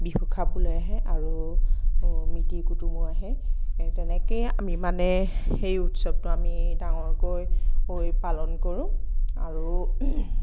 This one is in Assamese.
বিহু খাবলৈ আহে আৰু মিতিৰ কুতুমো আহে তেনেকেই আমি মানে সেই উৎসৱটো ডাঙৰকৈ পালন কৰোঁ আৰু